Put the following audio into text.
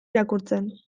irakurtzen